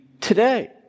today